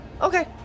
Okay